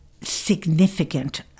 significant